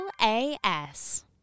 LAS